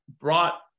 brought